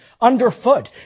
underfoot